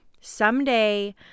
Someday